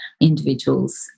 individuals